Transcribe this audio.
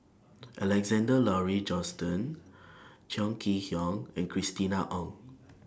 Alexander Laurie Johnston Chong Kee Hiong and Christina Ong